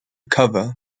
cover